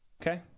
Okay